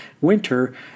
winter